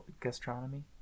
gastronomy